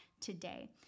today